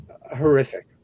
horrific